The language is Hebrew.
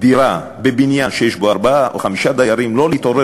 דירה בבניין שיש בו ארבעה או חמישה דיירים לא להתעורר